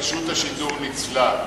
רשות השידור ניצלה,